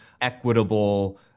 equitable